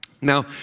Now